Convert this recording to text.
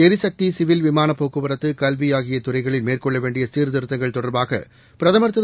ளிகக்தி civil விமானப்போக்குவரத்து கல்வி ஆகிய துறைகளில் மேற்கொள்ள வேண்டிய சீர்திருத்தங்கள் தொடர்பாக பிரதமர் திரு